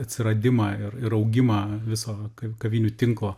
atsiradimą ir ir augimą viso kavinių tinklo